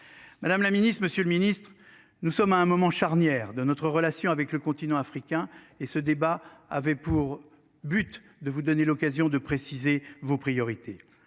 Madame la Ministre, Monsieur le Ministre, nous sommes à un moment charnière de notre relation avec le continent africain et ce débat avait pour but de vous donner l'occasion de préciser vos priorités.